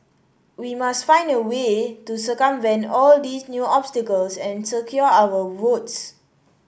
we must find a way to circumvent all these new obstacles and secure our votes